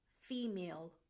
female